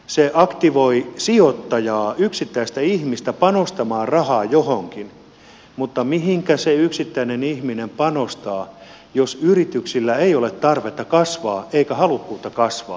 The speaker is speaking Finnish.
se aktivoi sijoittajaa yksittäistä ihmistä panostamaan rahaa johonkin mutta mihinkä se yksittäinen ihminen panostaa jos yrityksillä ei ole tarvetta kasvaa eikä halukkuutta kasvaa